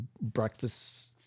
breakfast